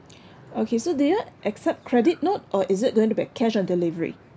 okay so do you all accept credit note or is it going to be cash on delivery